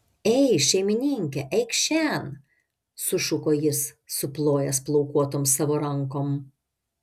ei šeimininke eik šen sušuko jis suplojęs plaukuotom savo rankom